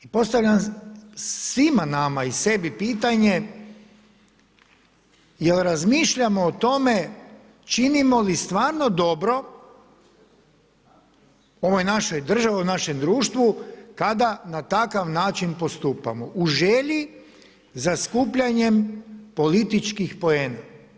I postavljam svima nama i sebi pitanje jel razmišljamo o tome činimo li stvarno dobro ovoj našoj državi, ovom našem društvu kada na takav način postupamo u želji za skupljanjem političkih poena.